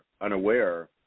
unaware